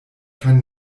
kein